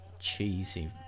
cheesy